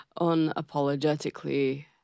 Unapologetically